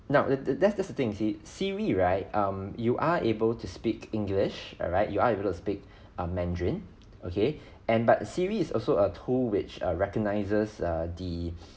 now that's that's the thing you see siri right um you are able to speak english alright you are able speak um mandarin okay and but a siri is also a tool which recognises err the